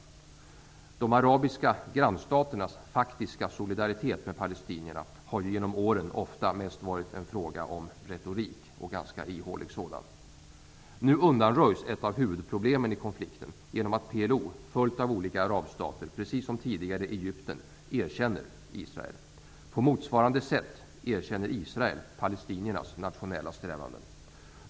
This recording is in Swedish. De arabiska grannstaternas faktiska solidaritet med palestinierna har ju genom åren ofta mest varit en fråga om retorik -- en ganska ihålig sådan. Nu undanröjs ett av huvudproblemen i konflikten genom att PLO, följt av olika arabstater, precis som Egypten tidigare, erkänner Israel. På motsvarande sätt erkänner Israel palestiniernas nationella strävanden.